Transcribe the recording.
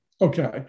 Okay